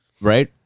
Right